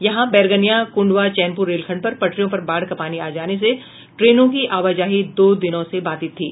यहां बैरगनिया कुंडवा चैनपुर रेलखंड पर पटरियों पर बाढ़ का पानी आ जाने से ट्रेनों की आवाजाही दो दिनों से बाधित थी